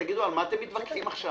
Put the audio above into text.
תגידו, על מה אתם מתווכחים עכשיו?